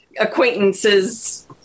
acquaintances